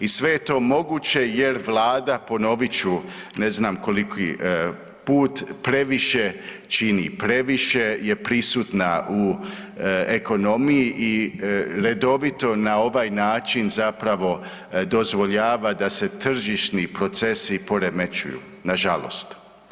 I sve je to moguće jer Vlada ponovit ću ne znam koliki put, previše čini, previše je prisutna u ekonomiji i redovito na ovaj način zapravo dozvoljava da se tržišni procesi poremećuju, nažalost.